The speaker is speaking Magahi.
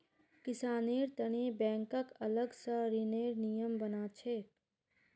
किसानेर तने बैंकक अलग स ऋनेर नियम बना छेक